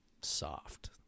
soft